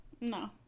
No